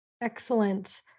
Excellent